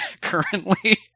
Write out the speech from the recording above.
currently